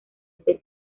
este